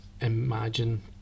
imagine